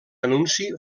anunci